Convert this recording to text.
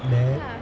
then